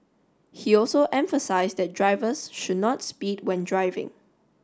he also emphasised that drivers should not speed when driving